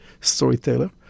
storyteller